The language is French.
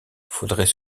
faudrait